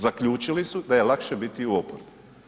Zaključili su da je lakše biti u oporbi.